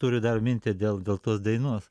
turiu dar mintį dėl dėl tos dainos